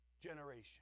generation